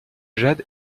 jade